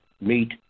meet